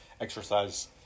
exercise